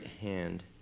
hand